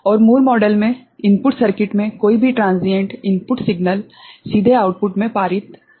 और Moore model में input circuit में कोई भी ट्रांसिएंट इनपुट सिग्नल सीधे आउटपुट में पारित नहीं किया जाता है